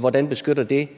hvordan beskytter det